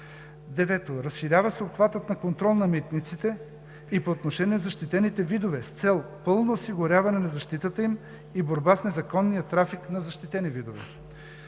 9. Разширява се обхватът на контрол на митниците и по отношение на защитените видове с цел пълно осигуряване на защитата им и борба с незаконния трафик на защитени видове.